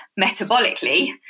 metabolically